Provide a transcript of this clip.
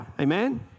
Amen